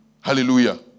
Hallelujah